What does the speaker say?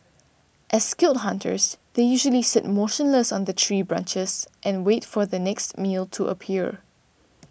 as skilled hunters they usually sit motionless on the tree branches and wait for their next meal to appear